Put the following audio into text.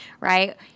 right